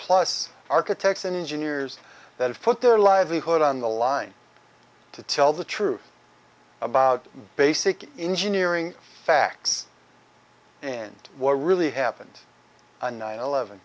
plus architects and engineers that have put their livelihood on the line to tell the truth about basic engineering facts and what really happened on nine eleven